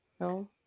no